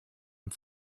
and